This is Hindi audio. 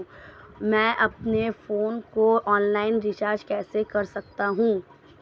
मैं अपने फोन को ऑनलाइन रीचार्ज कैसे कर सकता हूं?